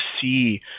see